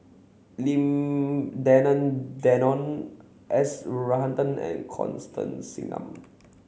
Lim Denan Denon S Varathan and Constance Singam